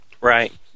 Right